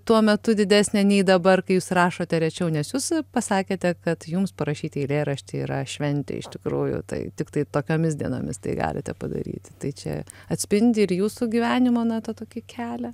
tuo metu didesnė nei dabar kai jūs rašote rečiau nes jūs pasakėte kad jums parašyti eilėraštį yra šventė iš tikrųjų tai tiktai tokiomis dienomis tai galite padaryti tai čia atspindi ir jūsų gyvenimo na tą tokį kelią